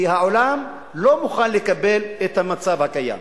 כי העולם לא מוכן לקבל את המצב הקיים.